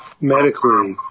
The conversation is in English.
medically